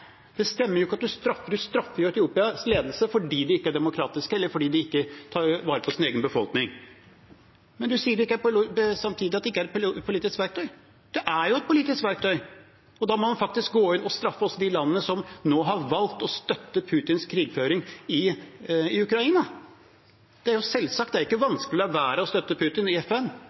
er et politisk verktøy. Det er jo et politisk verktøy. Da må man faktisk gå inn og straffe også de landene som nå har valgt å støtte Putins krigføring i Ukraina. Det er jo selvsagt. Det er ikke vanskelig å la være å støtte Putin i FN,